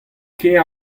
kêr